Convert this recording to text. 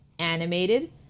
animated